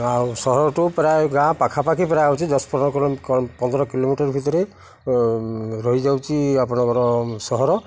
ଆଉ ସହର ଠୁ ପ୍ରାୟ ଗାଁ ପାଖାପାଖି ପ୍ରାୟ ହେଉଛି ଦଶ ପନ୍ଦର କିଲୋମିଟର ଭିତରେ ରହିଯାଉଛି ଆପଣଙ୍କର ସହର